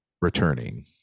returning